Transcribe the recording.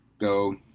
go